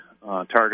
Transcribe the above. Target